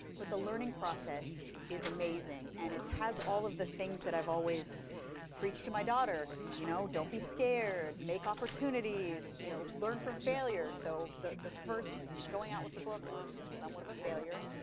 but the learning process is amazing. and it has all of the things that i've always preached to my daughter, you know? don't be scared. make opportunities. you know learn from failure. so the the first going out with the book was somewhat of a failure.